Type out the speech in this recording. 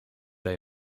they